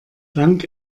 dank